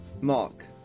mark